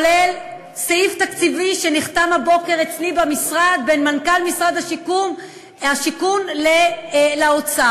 כולל סעיף תקציבי שנחתם הבוקר אצלי במשרד בין מנכ"ל משרד השיכון לאוצר.